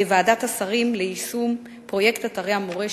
בוועדת השרים ליישום פרויקט אתרי המורשת,